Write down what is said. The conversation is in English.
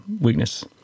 weakness